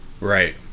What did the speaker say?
Right